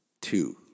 Two